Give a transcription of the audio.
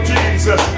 Jesus